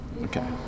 Okay